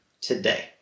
today